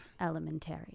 Elementary